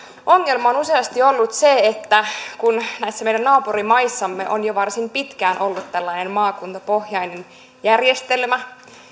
ongelma on useasti ollut se että näissä meidän naapurimaissamme on jo varsin pitkään ollut tällainen maakuntapohjainen järjestelmä